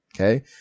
okay